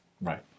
Right